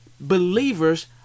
Believers